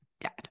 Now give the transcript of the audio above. dad